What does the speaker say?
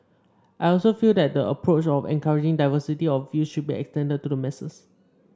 I also feel that the approach of encouraging diversity of views should be extended to the masses